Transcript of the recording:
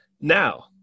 Now